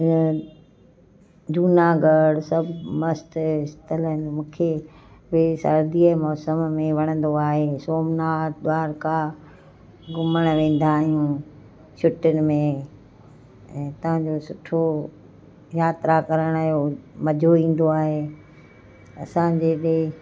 जूनागढ़ सभु मस्तु स्थल आहिनि मूंखे बि सर्दीअ जे मौसम में वणंदो आहे सोमनाथ द्वारका घुमणु वेंदा आहियूं छुटियुनि में हितां जो सुठो यात्रा करण जो मज़ो ईंदो आहे असांजे हेॾे